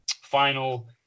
final